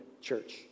church